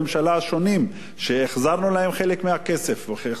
שהחזרנו להם חלק מהכסף והחזרנו להם בשביל שיצביעו,